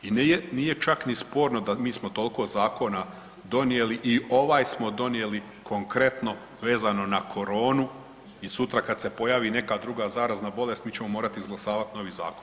I nije čak ni sporno da mi smo toliko zakona i ovaj smo donijeli konkretno vezano na koronu i sutra kada se pojavi neka druga zarazna bolest mi ćemo morati izglasavati novi zakon.